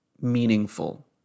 meaningful